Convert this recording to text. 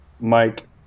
Mike